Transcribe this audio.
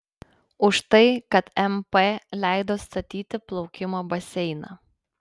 už tai kad mp leido statyti plaukimo baseiną